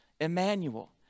Emmanuel